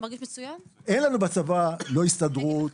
אין לנו בצבא לא הסתדרות,